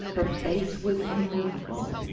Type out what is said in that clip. her face was immovable.